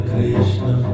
Krishna